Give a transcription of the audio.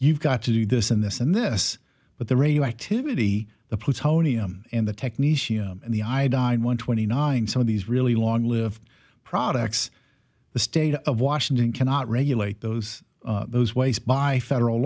you've got to do this and this and this but the radioactivity the plutonium and the technique and the iodine one twenty nine some of these really long live products the state of washington cannot regulate those those ways by federal